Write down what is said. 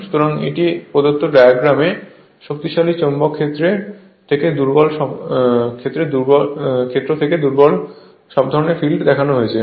সুতরাং এটি প্রদত্ত ডায়াগ্রামে শক্তিশালী চৌম্বক ক্ষেত্র থেকে দুর্বল সব ধরনের ফিল্ডের ক্ষেত্রে দেখানো হয়েছে